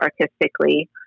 artistically